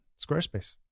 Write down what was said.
Squarespace